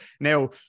Now